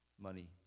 money